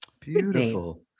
beautiful